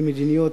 למדיניות,